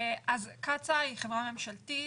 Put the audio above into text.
קצא"א היא חברה ממשלתית,